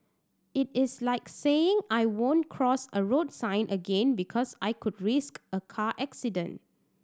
it is like saying I won't cross a road sign again because I could risk a car accident